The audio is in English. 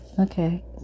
Okay